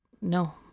No